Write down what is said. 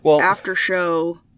after-show